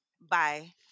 Bye